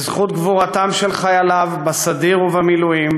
בזכות גבורתם של חייליו בסדיר ובמילואים,